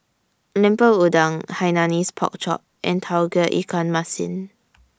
Lemper Udang Hainanese Pork Chop and Tauge Ikan Masin